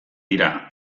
dira